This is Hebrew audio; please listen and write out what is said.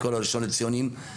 את כל הראשון לציונים,